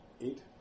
Eight